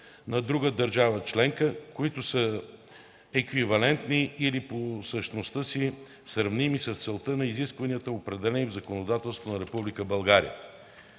на друга държава членка, които са еквивалентни или по същността си сравними с целта на изискванията, определени в законодателството на